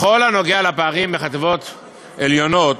בכל הנוגע לפערים בחטיבות עליונות,